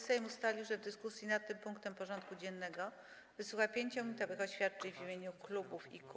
Sejm ustalił, że w dyskusji nad tym punktem porządku dziennego wysłucha 5-minutowych oświadczeń w imieniu klubów i kół.